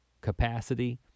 capacity